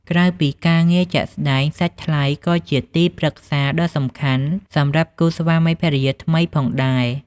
ក្រៅពីការងារជាក់ស្ដែង សាច់ថ្លៃក៏ជា ទីប្រឹក្សាដ៏សំខាន់ សម្រាប់គូស្វាមីភរិយាថ្មីផងដែរ។